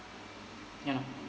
ya